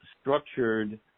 structured